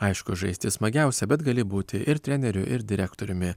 aišku žaisti smagiausia bet gali būti ir treneriu ir direktoriumi